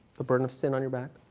the burden of sin on your back.